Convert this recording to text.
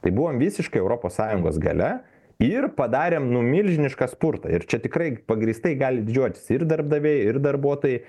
tai buvom visiškai europos sąjungos gale ir padarėm nu milžinišką spurtą ir čia tikrai pagrįstai gali didžiuotis ir darbdaviai ir darbuotojai